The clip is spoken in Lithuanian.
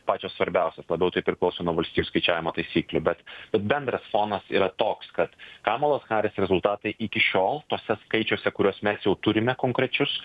pačios svarbiausios labiau tai priklauso nuo valstijų skaičiavimo taisyklių bet bendras fonas yra toks kad kamalos harris rezultatai iki šiol tuose skaičiuose kuriuos mes jau turime konkrečius